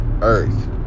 earth